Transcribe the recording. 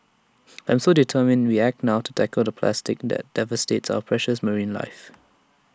I am determined we act now to tackle the plastic that devastates our precious marine life